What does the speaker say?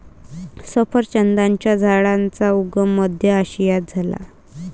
सफरचंदाच्या झाडाचा उगम मध्य आशियात झाला